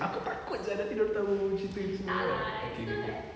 aku takut sia nanti dorang tahu cerita ni semua okay okay